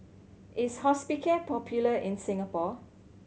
is Hospicare popular in Singapore